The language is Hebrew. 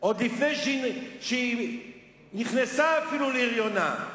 עוד לפני שהיא נכנסה אפילו להריונה,